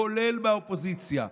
כולל מהאופוזיציה,